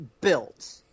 built